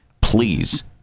please